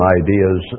ideas